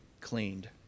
cleaned